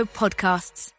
podcasts